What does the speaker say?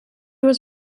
was